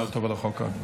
מזל טוב על החוק הקודם.